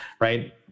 right